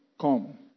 come